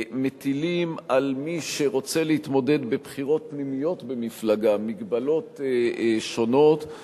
מטילים על מי שרוצה להתמודד בבחירות פנימיות במפלגה מגבלות שונות,